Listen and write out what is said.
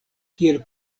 kiel